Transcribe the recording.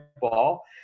ball